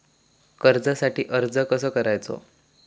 कर्जासाठी अर्ज कसो करायचो?